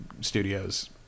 studios